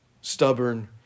stubborn